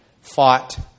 fought